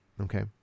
okay